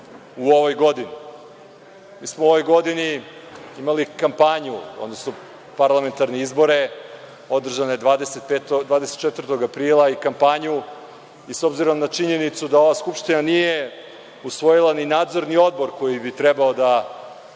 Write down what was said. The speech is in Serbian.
u ovoj godini? Mi smo u ovoj godini imali kampanju, odnosno parlamentarne izbore, održane 24. aprila i kampanju, i s obzirom na činjenicu da ova Skupština nije usvojila ni nadzorni odbor koji bi trebao da